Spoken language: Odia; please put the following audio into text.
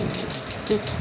ଠିକ